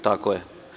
Tako je.